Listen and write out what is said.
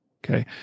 Okay